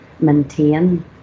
maintain